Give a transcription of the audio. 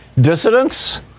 dissidents